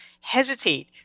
hesitate